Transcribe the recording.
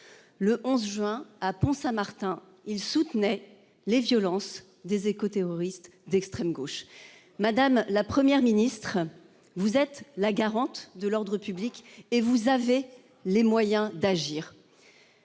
Le 11 juin à Pont Saint Martin il soutenait les violences des éco-terroristes d'extrême gauche, madame, la Première ministre. Vous êtes la garante de l'ordre public et vous avez les moyens d'agir.